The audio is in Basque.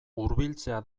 hurbiltzea